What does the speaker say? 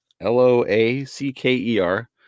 L-O-A-C-K-E-R